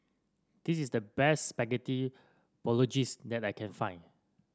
this is the best Spaghetti Bolognese that I can find